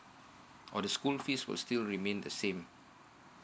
or the school fees will still remain the same